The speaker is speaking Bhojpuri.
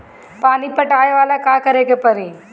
पानी पटावेला का करे के परी?